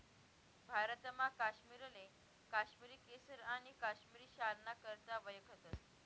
भारतमा काश्मीरले काश्मिरी केसर आणि काश्मिरी शालना करता वयखतस